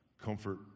comfort